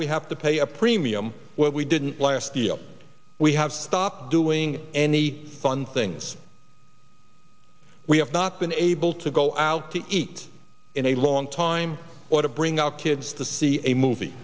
we have to pay a premium where we didn't last year we have stopped doing any fun things we have not been able to go out to eat in a long time or to bring our kids to see a movie